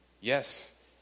yes